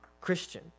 Christian